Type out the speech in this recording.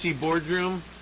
Boardroom